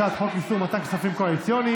הצעת חוק איסור מתן כספים קואליציוניים,